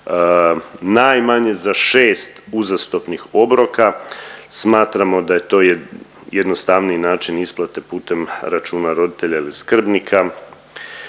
najmanje za 6 uzastopnih obroka. Smatramo da je to jednostavniji način isplate putem računa roditelja ili skrbnika